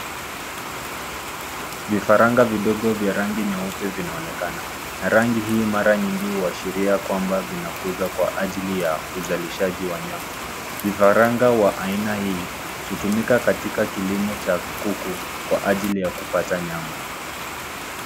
Vifaranga vidogo vya rangi nyeupe vinaonekana na rangi hii mara nyingi huashiria kwamba vinakuzwa kwa ajili ya uzalishaji wa nyama. Vifaranga wa aina hii hutumika katika kilimo cha kuku kwa ajili ya kupata nyama.